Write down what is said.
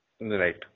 Right